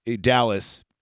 Dallas